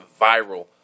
viral